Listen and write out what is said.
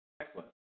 Excellent